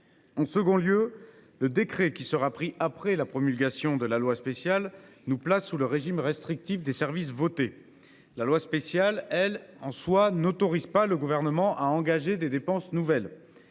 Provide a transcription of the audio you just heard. En second lieu, le décret qui sera pris après la promulgation de la loi spéciale nous place sous le régime restrictif des services votés. La loi spéciale n’autorise pas le Gouvernement à engager des dépenses nouvelles.